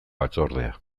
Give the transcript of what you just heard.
batzordea